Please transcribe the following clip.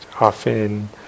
often